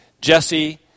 Jesse